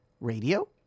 Radio